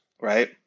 Right